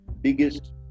biggest